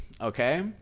Okay